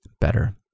better